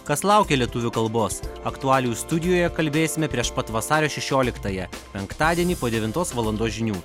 kas laukia lietuvių kalbos aktualijų studijoje kalbėsime prieš pat vasario šešioliktąją penktadienį po devintos valandos žinių